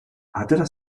atera